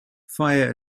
fire